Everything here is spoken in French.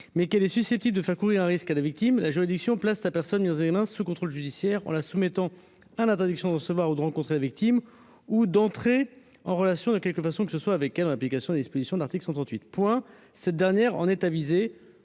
mais qu'elle est susceptible de faire courir un risque à la victime, la juridiction place la personne mise en examen sous contrôle judiciaire en la soumettant à l'interdiction de recevoir ou rencontrer la victime ou d'entrer en relation de quelque façon que ce soit avec elle en application des dispositions [de] l'article 138. Cette dernière en est avisée